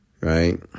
right